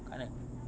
kat mana